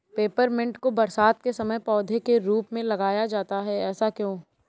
Peppermint को बरसात के समय पौधे के रूप में लगाया जाता है ऐसा क्यो?